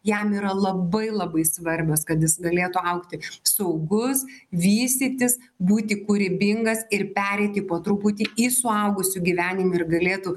jam yra labai labai svarbios kad jis galėtų augti saugus vystytis būti kūrybingas ir pereiti po truputį į suaugusių gyvenimą ir galėtų